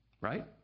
Right